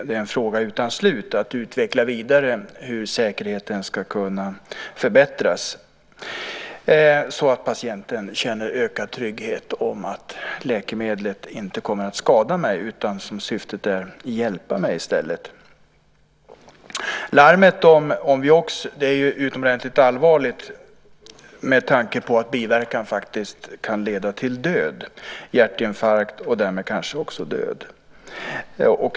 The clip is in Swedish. Det är en fråga utan slut, att utveckla vidare hur säkerheten ska kunna förbättras så att patienten känner ökad trygghet i att läkemedlet inte kommer att skada utan att hjälpa, som syftet är. Larmet om Vioxx är utomordentligt allvarligt, med tanke på att biverkningarna kan leda till död och till hjärtinfarkt, och därmed kanske också död.